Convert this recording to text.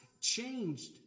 changed